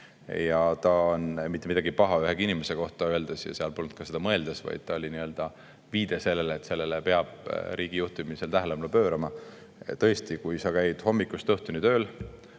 mitte midagi paha ühegi inimese kohta öeldes ja seal polnud ka seda mõeldud, vaid oli viide sellele, et sellele peab riigi juhtimisel tähelepanu pöörama. Tõesti, kui sa käid hommikust õhtuni tööl,